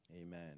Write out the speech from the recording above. amen